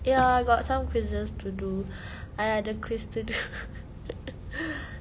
ya got some quizzes to do !aiya! the quiz to do